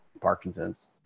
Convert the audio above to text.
Parkinson's